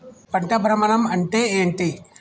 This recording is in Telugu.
పంట భ్రమణం అంటే ఏంటి?